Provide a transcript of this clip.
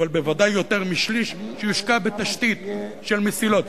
אבל בוודאי יותר משליש שיושקע בתשתית של מסילות,